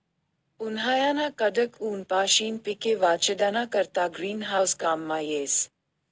उन्हायाना कडक ऊनपाशीन पिके वाचाडाना करता ग्रीन हाऊस काममा येस